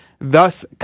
thus